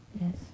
Yes